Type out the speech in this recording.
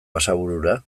basaburura